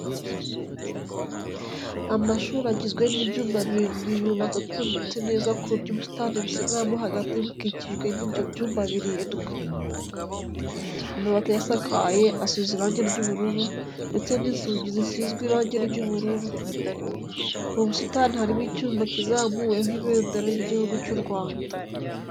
Amashuri agizwe n'ibyumba birindwi yubatse atondetse neza ku buryo ubusitani busigaramo hagati bukikijwe n'ibyo byumba birindwi. Amabati ayasakaye asize irange ry'ubururu ndetse n'inzugi zisizwe irange ry'ubururu. Mu busitani harimo icyuma kizamuweho ibendera ry'Igihugu cy'u Rwanda.